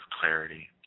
clarity